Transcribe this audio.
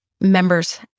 members